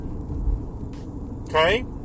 Okay